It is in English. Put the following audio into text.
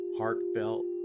heartfelt